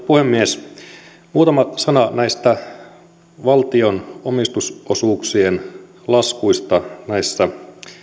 puhemies muutama sana näistä valtion omistusosuuksien laskuista näissä